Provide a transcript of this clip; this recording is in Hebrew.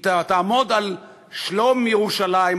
היא תעמוד על שלום ירושלים,